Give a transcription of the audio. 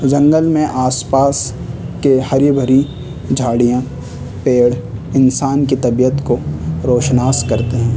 جنگل میں آس پاس کے ہری بھری جھاڑیاں پیڑ انسان کی طبیعت کو روشناس کرتے ہیں